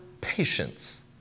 patience